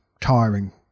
tiring